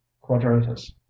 quadratus